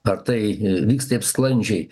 ar tai vyks taip sklandžiai